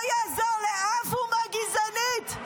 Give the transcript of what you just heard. לא יעזור לאף אומה גזענית.